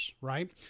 right